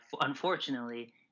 unfortunately